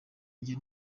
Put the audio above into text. njye